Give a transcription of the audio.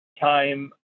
time